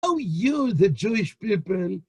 Oh, you, the Jewish people!